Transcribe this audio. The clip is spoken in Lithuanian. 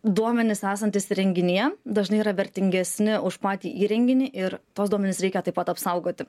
duomenys esantys renginyje dažnai yra vertingesni už patį įrenginį ir tuos duomenis reikia taip pat apsaugoti